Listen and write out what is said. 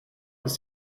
ist